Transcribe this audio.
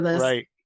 Right